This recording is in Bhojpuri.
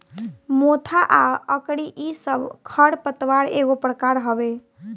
मोथा आ अकरी इ सब खर पतवार एगो प्रकार हवे